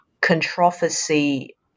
controversy